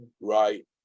right